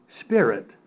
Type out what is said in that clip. spirit